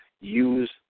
use